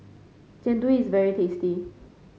Jian Dui is very tasty